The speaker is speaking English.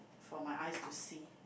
for my eyes to see